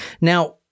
Now